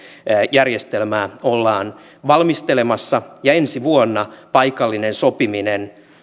järjestelmää ollaan valmistelemassa ja ensi vuonna paikallinen sopiminen